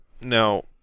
Now